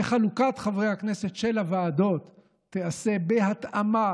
חלוקת חברי הכנסת של הוועדות תיעשה בהתאמה